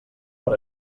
per